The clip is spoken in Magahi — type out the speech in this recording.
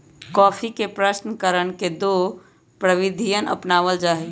कॉफी के प्रशन करण के दो प्रविधियन अपनावल जा हई